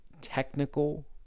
technical